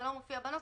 זה לא מופיע בנוסח,